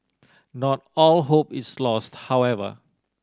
not all hope is lost however